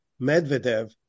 Medvedev